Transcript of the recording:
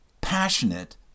passionate